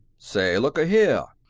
say looka here!